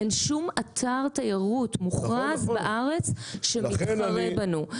אין בארץ שום אתר תיירות מוכרז שמתחרה בנו.